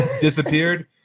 disappeared